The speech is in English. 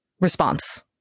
response